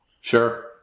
sure